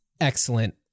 excellent